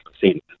percent